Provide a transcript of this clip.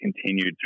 continued